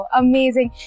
amazing